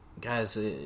guys